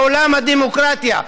לעולם הדמוקרטיה,